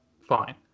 Fine